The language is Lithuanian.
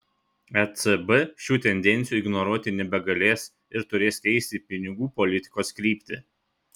ecb šių tendencijų ignoruoti nebegalės ir turės keisti pinigų politikos kryptį